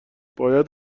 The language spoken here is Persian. باید